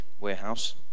warehouse